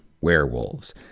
Werewolves